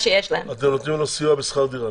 אתם נותנים לו סיוע בשכר דירה,